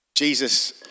Jesus